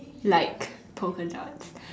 like polka dots